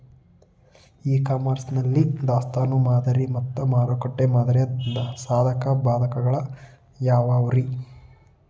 E commerce ನಲ್ಲಿ ದಾಸ್ತಾನು ಮಾದರಿ ಮತ್ತ ಮಾರುಕಟ್ಟೆ ಮಾದರಿಯ ಸಾಧಕ ಬಾಧಕಗಳ ಯಾವವುರೇ?